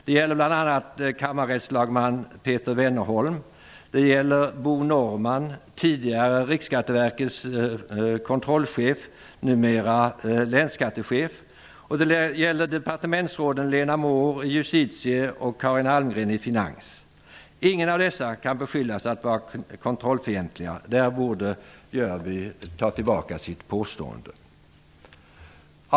Det gäller bl.a. Finansdepartementet. Ingen av dessa kan beskyllas för att vara kontrollfientliga. Jörby borde ta tillbaka sitt påstående.